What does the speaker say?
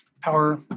power